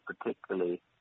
particularly